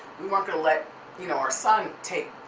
we weren't gonna let you know our son take,